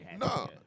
No